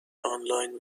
آنلاین